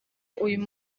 uyu